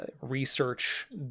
research